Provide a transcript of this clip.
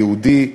היהודי,